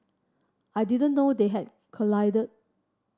I didn't know they had collided